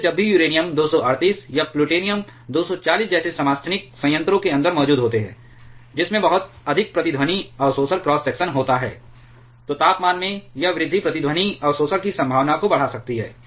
जिससे जब भी यूरेनियम 238 या प्लूटोनियम 240 जैसे समस्थानिक संयंत्रों के अंदर मौजूद होते हैं जिसमें बहुत अधिक प्रतिध्वनि अवशोषण क्रॉस सेक्शन होता है तो तापमान में यह वृद्धि प्रतिध्वनि अवशोषण की संभावना को बढ़ा सकती है